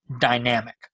dynamic